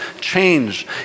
change